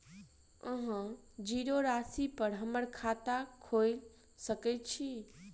अहाँ जीरो राशि पर हम्मर खाता खोइल सकै छी?